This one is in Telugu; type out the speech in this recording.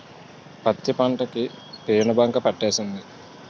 పత్తి పంట కి పేనుబంక పట్టేసింది